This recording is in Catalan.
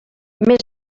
més